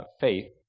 faith